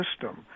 system